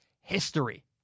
history